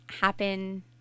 happen